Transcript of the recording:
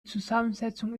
zusammensetzung